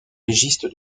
légiste